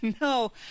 No